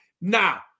Now